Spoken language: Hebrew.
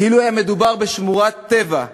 כאילו מדובר פה בשמורת טבע,